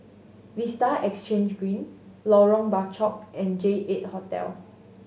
Vista Exhange Green Lorong Bachok and J Eight Hotel